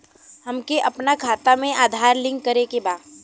हमके अपना खाता में आधार लिंक करें के बा?